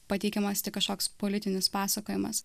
pateikiamas tik kažkoks politinis pasakojimas